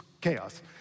chaos